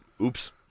oops